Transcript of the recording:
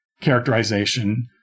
characterization